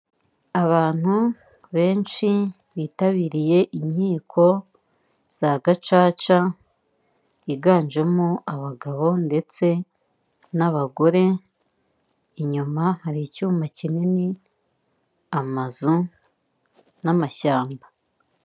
Abantu benshi bitabiriye inkiko za gacaca, higanjemo abagabo ndetse n'abagore, inyuma hari icyuma kinini, amazu n'amashyamba.